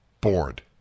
bored